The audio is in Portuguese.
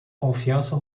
confiança